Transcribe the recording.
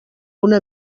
una